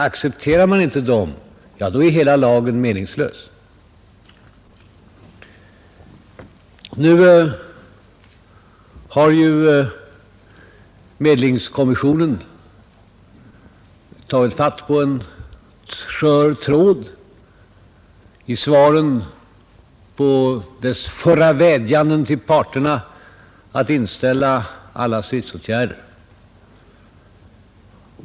Accepterar man inte dem är hela lagen meningslös. Medlingskommissionen har ju nu tagit fatt på en skör tråd i svaren på sina tidigare gjorda vädjanden till parterna om att inställa alla stridsåtgärder.